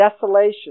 desolation